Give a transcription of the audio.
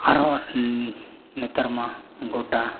ᱟᱨᱦᱚᱸ ᱱᱮᱛᱟᱨ ᱢᱟ ᱜᱚᱴᱟ